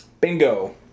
Bingo